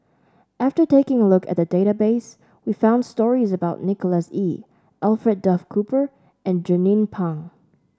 after taking a look at the database we found stories about Nicholas Ee Alfred Duff Cooper and Jernnine Pang